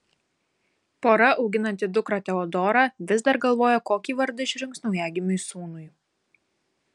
pora auginanti dukrą teodorą vis dar galvoja kokį vardą išrinks naujagimiui sūnui